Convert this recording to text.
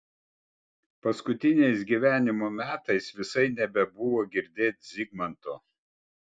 paskutiniais gyvenimo metais visai nebebuvo girdėt zigmanto